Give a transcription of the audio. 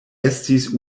estis